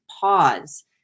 pause